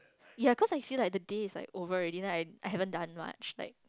ya cause I see like the day is like over already but I haven't done much